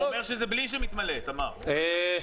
אם יהיו אחר כך שאלות, אהיה